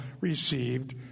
received